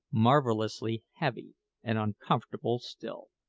marvellously heavy and uncomfortable still.